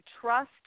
trust